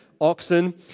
oxen